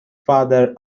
father